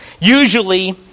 usually